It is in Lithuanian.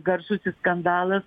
garsusis skandalas